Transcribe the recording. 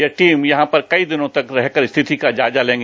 यह टीम यहां पर कई दिनों तक रह कर स्थिति का जायजा लेंगी